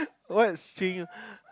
what's string